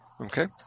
Okay